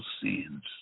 sins